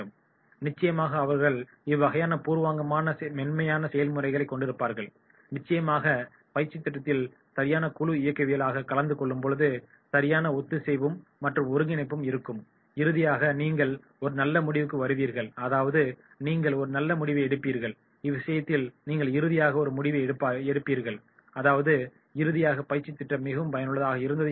நிச்சயமாக அவர்கள் இவ்வகையான பூர்வாங்கமான மென்மையான செயல்முறைகளை கொண்டிருப்பார்கள் நிச்சயமாக பயிற்சித் திட்டத்தில் சரியான குழு இயக்கவியலாக கலந்து கொள்ளும்போது சரியான ஒத்திசைவு மற்றும் ஒருங்கிணைப்பு இருக்கும் இறுதியாக நீங்கள் ஒரு நல்ல முடிவுக்கு வருவீர்கள் அதாவது நீங்கள் ஒரு நல்ல முடிவை எடுப்பீர்கள் இவ்விஷயத்தில் நீங்கள் இறுதியாக ஒரு முடிவு எடுப்பீர்கள் அதாவது இறுதியாக பயிற்சித் திட்டம் மிகவும் பயனுள்ளதாக இருந்தது என்று கூறுவீர்கள்